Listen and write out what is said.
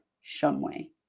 Shumway